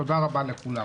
תודה רבה לכולם.